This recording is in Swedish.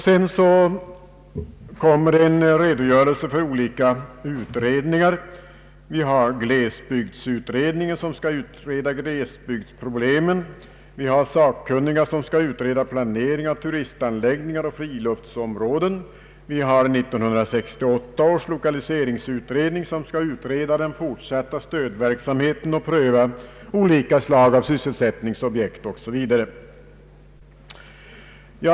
Sedan kommer en redogörelse för olika utredningar: Vi har glesbygdsutredningen som har till uppgift att utreda glesbygdsproblemen, vi har sakkunniga för planering av turistanläggningar och friluftsområden, vi har 1968 års lokaliseringsutredning som skall behandla den fortsatta stödverksamheten och pröva olika slags sysselsättningsobjekt 0. S. V.